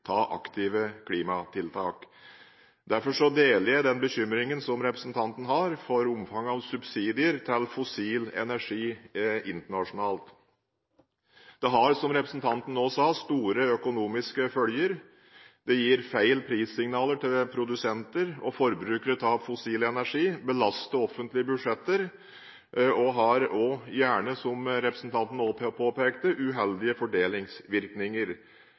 aktive klimatiltak. Derfor deler jeg den bekymringen som representanten Trine Skei Grande har for omfanget av subsidier til fossil energi internasjonalt. Subsidier til fossil energi har, som representanten sa, store økonomiske følger. Subsidiene gir gale prissignaler til produsenter og forbrukere av fossil energi, belaster offentlige budsjetter og har gjerne – som representanten også påpekte – uheldige fordelingsvirkninger.